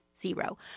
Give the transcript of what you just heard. zero